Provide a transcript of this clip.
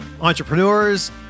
entrepreneurs